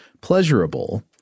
pleasurable